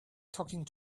talking